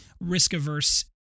risk-averse